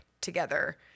together